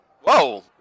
Whoa